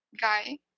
guy